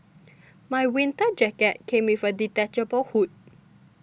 my winter jacket came with a detachable hood